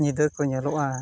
ᱧᱤᱫᱟᱹᱠᱚ ᱧᱮᱞᱚᱜᱼᱟ